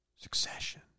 Succession